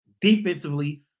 Defensively